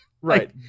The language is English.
Right